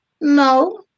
no